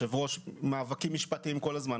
מאבקים משפטיים כל הזמן.